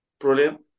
Brilliant